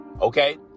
okay